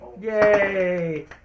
Yay